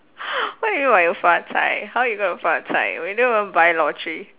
what you mean by you 发财 how you going to 发财 we never even buy lottery